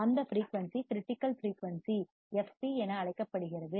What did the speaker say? அந்த frequency critical frequency fc என அழைக்கப்படுகிறது